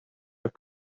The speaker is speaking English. your